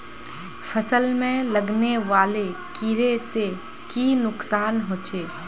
फसल में लगने वाले कीड़े से की नुकसान होचे?